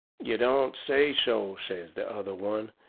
you don't say so! says the other one,